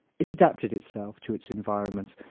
it adapted itself to its environment,